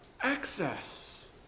access